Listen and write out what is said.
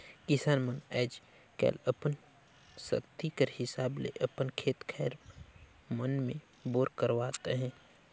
किसान मन आएज काएल अपन सकती कर हिसाब ले अपन खेत खाएर मन मे बोर करवात अहे